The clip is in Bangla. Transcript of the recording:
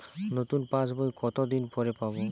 নতুন পাশ বই কত দিন পরে পাবো?